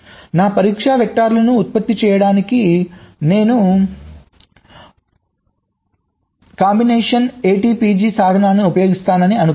నా పరీక్ష వెక్టర్లను ఉత్పత్తి చేయడానికి నేను బినేషన్ ATPG సాధనాన్ని ఉపయోగిస్తానని అనుకుందాం